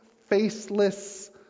faceless